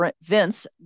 Vince